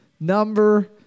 number